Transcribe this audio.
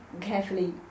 carefully